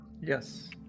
Yes